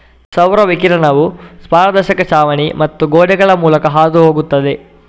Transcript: ಸೌರ ವಿಕಿರಣವು ಪಾರದರ್ಶಕ ಛಾವಣಿ ಮತ್ತು ಗೋಡೆಗಳ ಮೂಲಕ ಹಾದು ಹೋಗುತ್ತದೆ